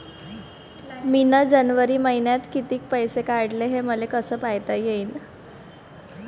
मिन जनवरी मईन्यात कितीक पैसे काढले, हे मले कस पायता येईन?